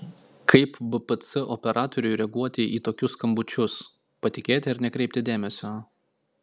kaip bpc operatoriui reaguoti į tokius skambučius patikėti ar nekreipti dėmesio